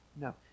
No